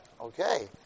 Okay